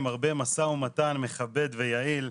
עם הרבה משא ומתן מכבד ויעיל,